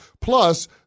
Plus